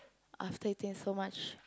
after eating so much